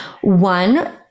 one